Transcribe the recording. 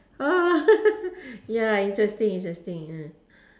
ah ya interesting interesting